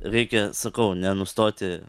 reikia sakau nenustoti